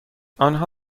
آنها